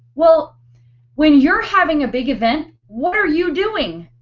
well when you're having a big event, what are you doing?